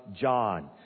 John